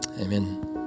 Amen